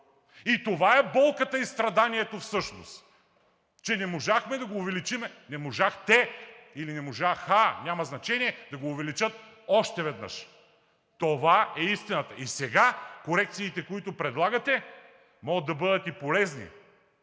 Това е болката и страданието всъщност, че не можахме да го увеличим – не можахте или не можаха – няма значение, да го увеличат още веднъж. Това е истината. Сега корекциите, които предлагате, могат да бъдат и полезни